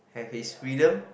have his freedom